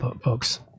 folks